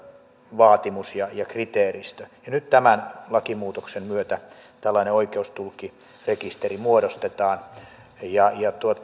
vaatimus ja ja kriteeristö ja nyt tämän lakimuutoksen myötä tällainen oikeustulkkirekisteri muodostetaan